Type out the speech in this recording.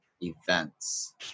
events